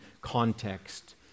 context